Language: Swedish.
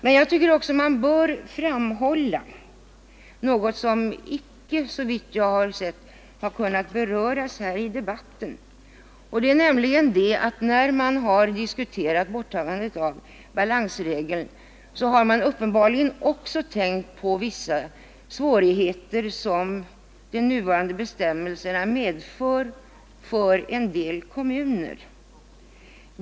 Man bör dock framhålla något som icke, såvitt jag kunnat se, berörts här i debatten. När diskussionen förts om ett borttagande av balansregeln, har man uppenbarligen också tänkt på vissa svårigheter som de nuvarande bestämmelserna medför för en del kommuner.